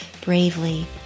bravely